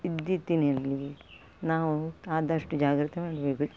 ವಿದ್ಯುತ್ತಿನಲ್ಲಿ ನಾವು ಆದಷ್ಟು ಜಾಗ್ರತೆ ಮಾಡಬೇಕು